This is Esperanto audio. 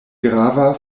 grava